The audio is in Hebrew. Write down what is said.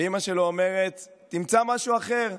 אימא שלו אומרת: תמצא משהו אחר.